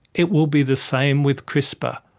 it will be the same with crispr.